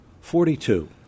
Forty-two